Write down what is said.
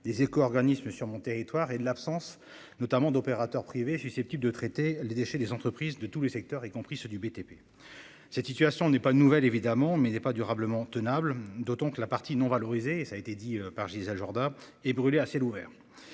des éco-organismes sur mon territoire et de l'absence notamment d'opérateurs privés susceptibles de traiter les déchets des entreprises de tous les secteurs, y compris ceux du BTP. Cette situation n'est pas une nouvelle évidemment, mais il n'est pas durablement tenable. D'autant que la partie non valorisés et ça a été dit par Gisèle Jourda et brûlés à ciel ouvert.